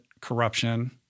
corruption